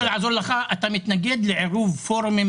אני רוצה לעזור לך: אתה מתנגד לעירוב פורומים